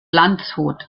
landshut